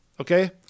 okay